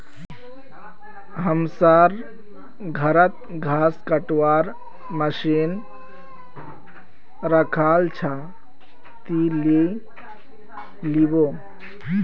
हमसर घरत घास कटवार मशीन रखाल छ, ती ले लिबो